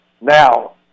Now